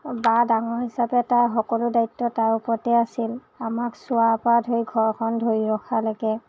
বা ডাঙৰ হিচাপে তাইৰ সকলো দায়িত্ব তাইৰ ওপৰতে আছিল আমাক চোৱাৰ পৰা ধৰি ঘৰখন ধৰি ৰখালৈকে